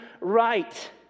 right